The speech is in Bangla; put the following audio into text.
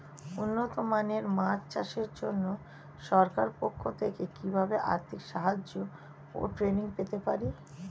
উন্নত মানের মাছ চাষের জন্য সরকার পক্ষ থেকে কিভাবে আর্থিক সাহায্য ও ট্রেনিং পেতে পারি?